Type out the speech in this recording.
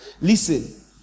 Listen